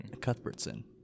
Cuthbertson